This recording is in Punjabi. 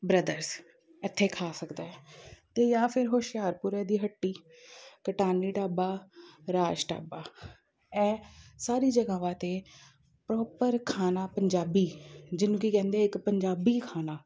ਬ੍ਰਦਰਸ ਇੱਥੇ ਖਾ ਸਕਦਾ ਹੈ ਅਤੇ ਜਾਂ ਫਿਰ ਹੁਸ਼ਿਆਰਪੁਰੇ ਦੀ ਹੱਟੀ ਕਟਾਨੀ ਢਾਬਾ ਰਾਜ ਢਾਬਾ ਐਹ ਸਾਰੀ ਜਗ੍ਹਾਵਾਂ 'ਤੇ ਪ੍ਰੋਪਰ ਖਾਣਾ ਪੰਜਾਬੀ ਜਿਹਨੂੰ ਕੀ ਕਹਿੰਦੇ ਇੱਕ ਪੰਜਾਬੀ ਖਾਣਾ